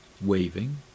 waving